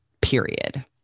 Period